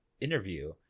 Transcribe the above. interview